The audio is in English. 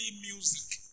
music